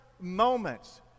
moments